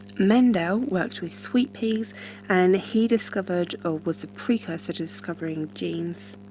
mendel works with sweet peas and he discovered or was the precursor to discovering genes